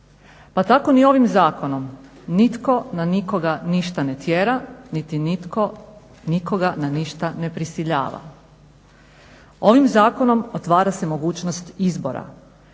Pa tako ni ovim zakonom, nitko na nikoga ništa ne tjera, niti niko nikoga na ništa ne prisiljava. Ovim zakonom otvara se mogućnost izbora,